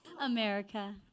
America